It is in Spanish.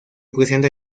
presenta